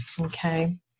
Okay